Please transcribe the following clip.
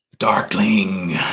Darkling